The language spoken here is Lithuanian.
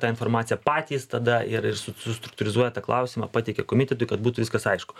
tą informaciją patys tada ir ir struktūrizuoja klausimą patiki komitetui kad būtų viskas aišku